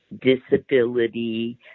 disability